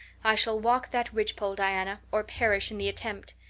i shall walk that ridgepole, diana, or perish in the attempt.